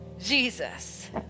Jesus